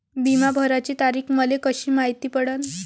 बिमा भराची तारीख मले कशी मायती पडन?